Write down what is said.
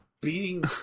beating